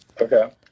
Okay